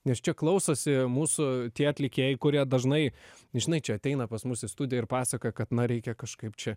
nes čia klausosi mūsų tie atlikėjai kurie dažnai žinai čia ateina pas mus į studiją ir pasakoja kad na reikia kažkaip čia